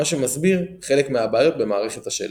מה שמסביר חלק מהבעיות במערכת השלד.